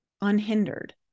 unhindered